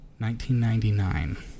1999